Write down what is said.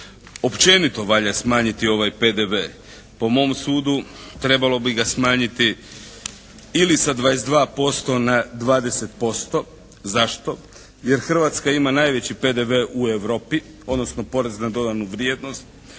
Općenito valja smanjiti ovaj PDV. Po mom sudu trebalo bi ga smanjiti ili sa 22% na 20%. Zašto? Jer Hrvatska ima najveći PDV u Europi, odnosno porez na dodanu vrijednost